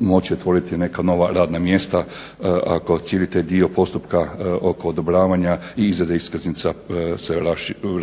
moći otvoriti neka nova radna mjesta ako cijeli taj dio postupka oko odobravanja i izrade iskaznica se